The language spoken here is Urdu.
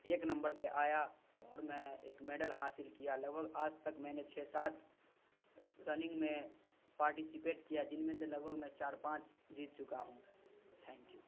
ایک نمبر پہ آیا اور میں ایک میڈل حاصل کیا لگ بھگ آج تک میں نے چھ سات رننگ میں پارٹیسپیٹ کیا جن میں سے لگ بھگ میں چار پانچ جیت چکا ہوں تھینک یو